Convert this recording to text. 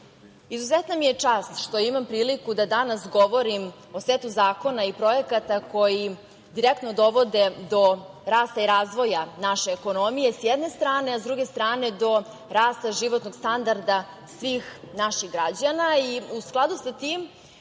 izuzetna mi je čast što imam priliku da danas govorim o setu zakona i projekata koji direktno dovode do rasta i razvoja naše ekonomije, s jedne strane. S druge strane, do rasta životnog standarda svih naših građana. U skladu sa tim,